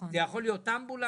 זה יכול להיות אמבולנס.